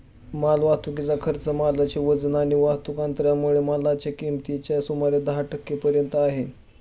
माल वाहतुकीचा खर्च मालाचे वजन आणि वाहतुक अंतरामुळे मालाच्या किमतीच्या सुमारे दहा टक्के पर्यंत आहे